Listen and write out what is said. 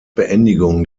beendigung